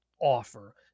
offer